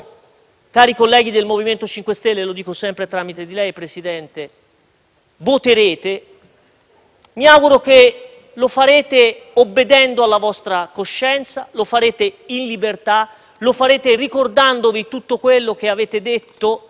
mi auguro che lo farete obbedendo alla vostra coscienza, lo farete in libertà, lo farete ricordandovi tutto quello che avete detto e che rischia di venir cancellato